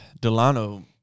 Delano